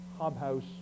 Hobhouse